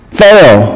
fail